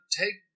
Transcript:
take